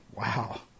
Wow